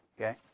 Okay